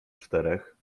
czterech